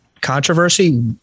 controversy